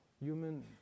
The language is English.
human